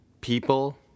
people